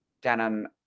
denim